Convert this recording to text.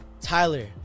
tyler